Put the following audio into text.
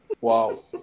Wow